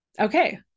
okay